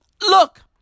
Look